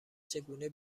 چگونه